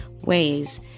ways